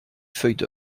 feuilles